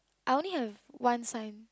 I only have one sign